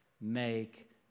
Make